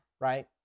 right